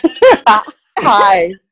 Hi